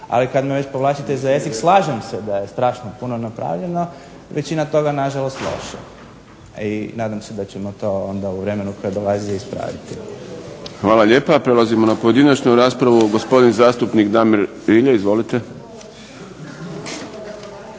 Ali kada me već povlačite za jezik, slažem se da je strašno puno napravljeno, većina toga na žalost loše i nadam se da ćemo to onda u vremenu koje dolazi ispraviti. **Šprem, Boris (SDP)** Hvala lijepa. Prelazimo na pojedinačnu raspravu. Gospodin zastupnik Damir Rilje. Izvolite.